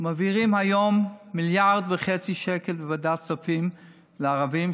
מעבירים היום 1.5 מיליארד שקל בוועדת הכספים לערבים.